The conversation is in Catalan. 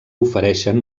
ofereixen